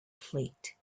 fleet